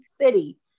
city